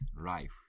life